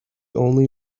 only